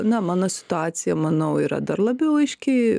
na mano situacija manau yra dar labiau aiški